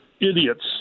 idiots